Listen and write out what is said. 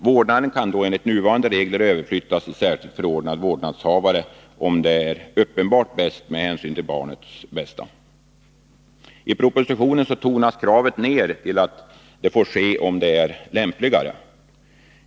Vårdnaden kan då, enligt nuvarande regler, överflyttas till särskild förordnad vårdnadshavare ”om det ——--— är uppenbart bäst med hänsyn till barnets bästa”. I propositionen tonas kravet ned till att det får ske om det är ”lämpligare”.